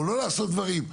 או לא לאסור דברים,